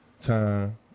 time